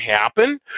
happen